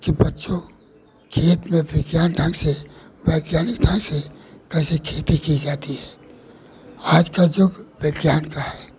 कि बच्चों खेत में विज्ञान ढंग से वैज्ञानिक ढंग से कैसे खेती की जाती है आज का युग विज्ञान का है